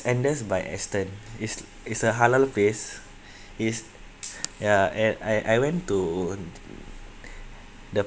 andes by astons is is a halal place is ya and I I went to the